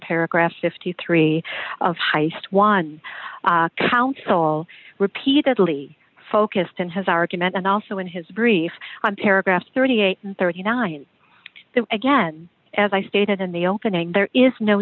paragraph fifty three of heist one counsel repeatedly focused in his argument and also in his brief on paragraph thirty eight and thirty nine again as i stated in the opening there is no